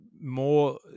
more